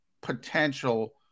potential